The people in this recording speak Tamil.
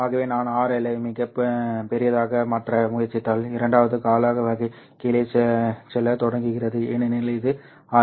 ஆகவே நான் RL ஐ மிகப் பெரியதாக மாற்ற முயற்சித்தால் இரண்டாவது கால வகை கீழே செல்லத் தொடங்குகிறது ஏனெனில் இது RL